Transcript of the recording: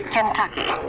Kentucky